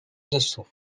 dessous